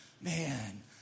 man